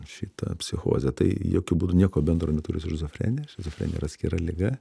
šitą psichozę tai jokiu būdu nieko bendro neturi su šizofrenija šizofrenija yra atskira liga